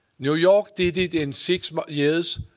new york did it in six but years.